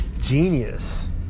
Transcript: genius